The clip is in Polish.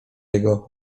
jego